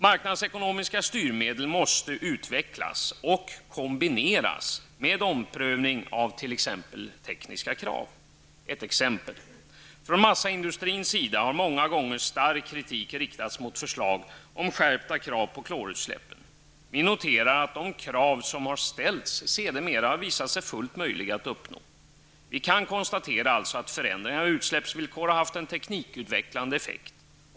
Marknadsekonomiska styrmedel måste utvecklas och kombineras med omprövning av t.ex. tekniska krav. Låt mig ge ett exempel. Från massaindustrins sida har många gånger stark kritik riktats mot förslag om skärpta krav på klorutsläppen. Vi noterar att de krav som har ställts, sedermera har visat sig fullt möjliga att uppnå. Vi kan konstatera att förändringar av utsläppsvillkor har haft en teknikutvecklande effekt.